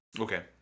Okay